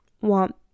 want